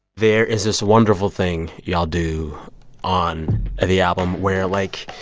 there is this wonderful thing y'all do on the album where, like,